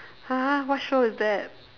!huh! what show is that